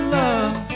love